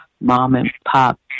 mom-and-pop